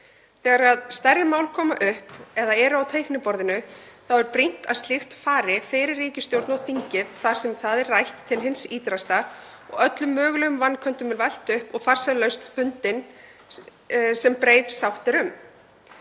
Þegar stærri mál koma upp eða eru á teikniborðinu er brýnt að slíkt fari fyrir ríkisstjórn og þingið þar sem það er rætt til hins ýtrasta, öllum mögulegum vanköntum velt upp og farsæl lausn fundin sem breið sátt er um.